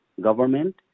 government